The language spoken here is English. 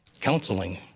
counseling